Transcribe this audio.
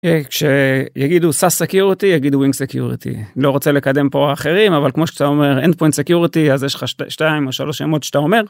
כשיגידו SaS Security יגידו Wing Security לא רוצה לקדם פה אחרים אבל כמו שאתה אומר Endpoint security אז יש לך שתיים או שלוש שמות שאתה אומר.